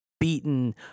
beaten